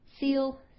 seal